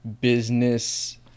business